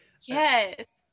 Yes